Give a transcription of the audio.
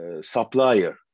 supplier